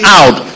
out